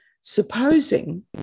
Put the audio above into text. Supposing